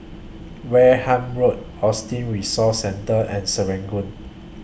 Wareham Road Autism Resource Centre and Serangoon